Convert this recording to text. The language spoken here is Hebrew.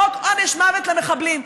חוק עונש מוות למחבלים,